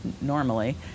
normally